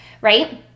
right